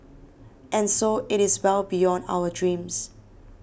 and so it is well beyond our dreams